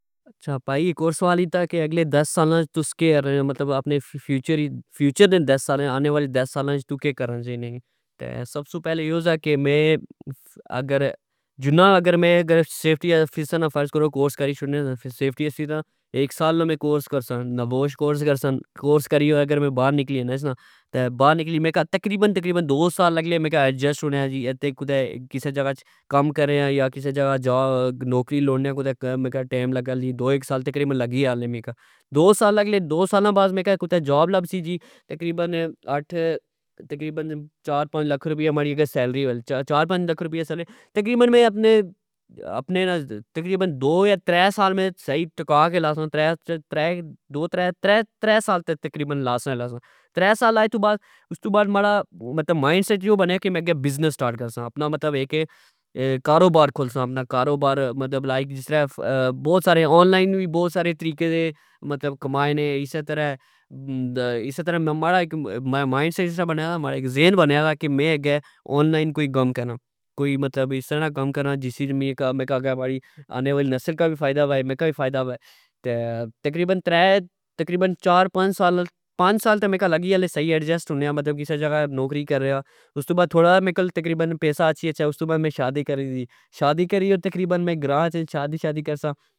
اچھا پائی اک ہور سوال کیتا کہ اگلے دس سالاں وچ تس کہ کر اپنے گیوچر اچ فیوچر نے دس سالا وچ تو کہ کرنا چائینا ایں. تہ سب سو پہلے یو سا کہ میں اگر جنا فرض کرو کہ میں اگر سیفٹی آفیسر نا کورس کری شورنا نا سیفٹی آفیس نا اک سال نا میں کورس کرسا.ناوش کورس کرسا کورس کریاگر میں بر نکلی جانا بار نکلی میں تقریبن تقریبن دو سال اگلے می ایڈجسٹ ہونیو جی کسہ جگہ کم کرہ یا کسہ جگہ نوکری لوڑنیو ٹئم لگہ لی دو اک سال تقریبن لگی ال .مکہ دوسالا بعد مکی اگہ جاب لبسی جی تقریبن اٹھ تقریبن چار پنج لکھ رپیا ماڑی اگر سیلری وہہ چار پنج لکھ ما ڑی سیلری وہہ تقریبن میں اپنے دو یا ترہ سال میں سہی ٹکا کے لاسا. دو ترہ ,ترہ سال تقریبن لاسا ای لاساں ترہ سال لائی تو بعد ,استو بعد ماڑا مطلب مائنڈ سیٹ اے بنیا کہ میں اپنا بزنس سٹارٹ کرسا اپنا مطلب کہ کاروبار کھولسا مطلب لائک اونلائن وی بوت سارے تریقے دے کمائی نے اسہ طرع ماڑا مائنڈ سیٹ اس طرع بنیا کہ ذہن بنیا وا کہ میں اگہ اون لائن کوئی کم کرا کوئی مطلب اس طرع نا کم کراں جس وچ اگہ ماڑی آنے والی نسل کا وی فائدہ وہ ماڑا وی فائدا وہہ تقریبن ترہ تقریبن چار پنج سال نال پنج سال تہ مکہ لگ ای لہ مطلب کسہ جگہ ایڈجسٹ ہون لگہ نوکرنیو استو بعد تھوڑا جا پیسا اچھی گچھہ استو بعد میں شادی کری دی, شادی کری تہ تقریبن میں گراں اچھی شادی کرساں